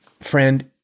friend